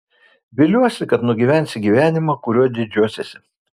viliuosi kad nugyvensi gyvenimą kuriuo didžiuosiesi